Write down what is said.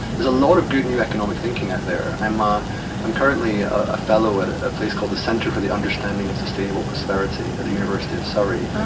there's a lot of good new economic thinking out there. i'm ah i'm currently a fellow at a place called the centre for the understanding of sustainable prosperity, at the university of surrey.